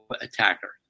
attacker